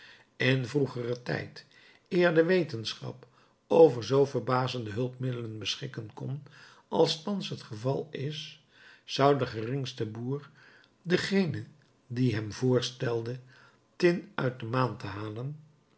in vroegeren tijd eer de wetenschap over zoo verbazende hulpmiddelen beschikken kon als thans het geval is zou de geringste boer dengenen die hem voorstelde tin uit de maan te halen